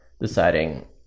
deciding